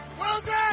Wilson